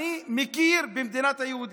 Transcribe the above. אני מכיר במדינת היהודים.